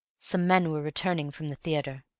some men were returning from the theatre.